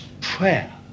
prayer